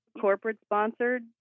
corporate-sponsored